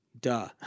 duh